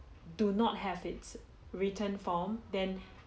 do not have its written form then